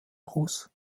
rus